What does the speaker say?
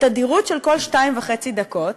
בתדירות של כל שתיים וחצי דקות,